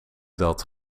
dat